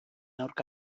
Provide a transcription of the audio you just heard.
aurka